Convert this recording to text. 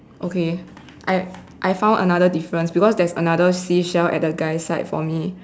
okay I I found another difference because there is another seashell at the guy's side for me